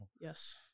Yes